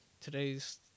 today's